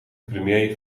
premier